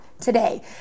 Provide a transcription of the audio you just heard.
today